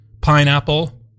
Pineapple